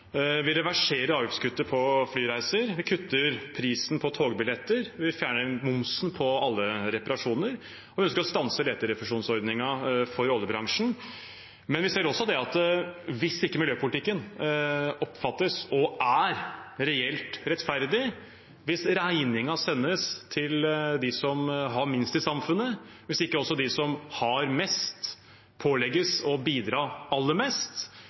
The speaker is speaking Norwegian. Vi reverserer avgiftskuttet på flyreiser. Vi kutter prisen på togbilletter. Vi fjerner momsen på alle reparasjoner. Vi ønsker å stanse leterefusjonsordningen for oljebransjen. Men vi ser også at hvis ikke miljøpolitikken oppfattes – og er – reelt rettferdig, hvis regningen sendes til dem som har minst i samfunnet, hvis ikke de som har mest, pålegges å bidra aller mest,